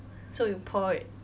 so you pour it